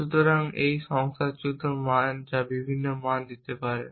সুতরাং এই সংখ্যাসূচক মান যা বিভিন্ন মান নিতে পারে